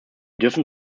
dürfen